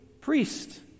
priest